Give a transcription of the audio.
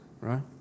right